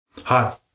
hi